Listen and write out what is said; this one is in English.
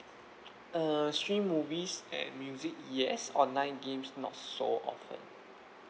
err stream movies and music yes online games not so often